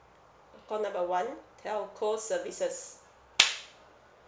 call number one telco services